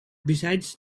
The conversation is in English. besides